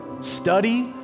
study